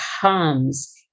comes